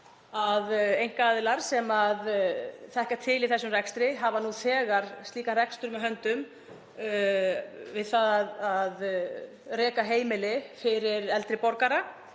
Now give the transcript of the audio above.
að einkaaðilar sem þekkja til í þessum rekstri og hafa nú þegar slíkan rekstur með höndum við það að reka heimili fyrir eldri borgara,